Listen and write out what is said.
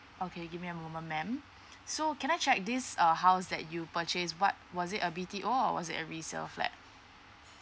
okay give me a moment madam so can I check this uh house that you purchase what was it a B_T_O or was it a resale flat